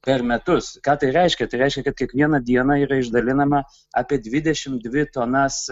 per metus ką tai reiškia tai reiškia kad kiekvieną dieną yra išdalinama apie dvidešim dvi tonas